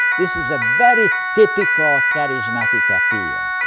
this is a very typical charismatic appeal.